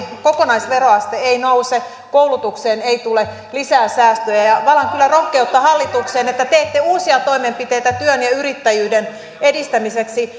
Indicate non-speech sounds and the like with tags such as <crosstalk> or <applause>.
<unintelligible> kokonaisveroaste ei nouse koulutukseen ei tule lisää säästöjä ja valan kyllä rohkeutta hallitukseen että teette uusia toimenpiteitä työn ja ja yrittäjyyden edistämiseksi <unintelligible>